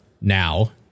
now